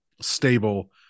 stable